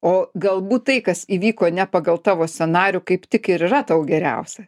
o galbūt tai kas įvyko ne pagal tavo scenarijų kaip tik ir yra tau geriausia